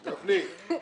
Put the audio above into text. גפני,